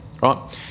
right